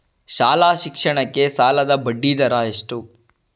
ಶಾಲಾ ಶಿಕ್ಷಣಕ್ಕೆ ಸಾಲದ ಬಡ್ಡಿದರ ಎಷ್ಟು?